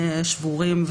שבורים,